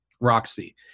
Roxy